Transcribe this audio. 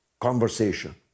conversation